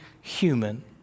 human